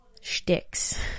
shticks